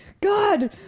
god